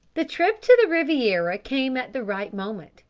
the trip to the riviera came at the right moment.